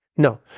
no